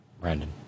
Brandon